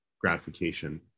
gratification